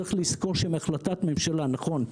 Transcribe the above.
צריך לזכור שמהחלטת ממשלה נכון,